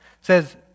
says